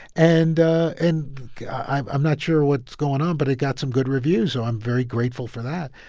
and and i'm i'm not sure what's going on, but it got some good reviews, so i'm very grateful for that.